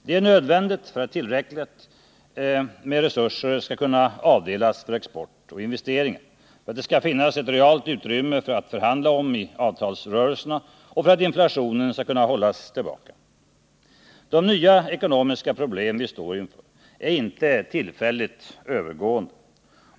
Det är nödvändigt för ätt tillräckligt med resurser skall kunna avdelas för export och investeringar, för att det skall finnas ett realt utrymme att förhandla om i avtalsrörelserna och för att inflationen skall kunna hållas tillbaka. De nya ekonomiska problem vi står inför är inte tillfälligt övergående.